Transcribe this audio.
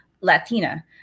Latina